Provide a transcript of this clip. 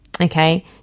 Okay